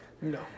No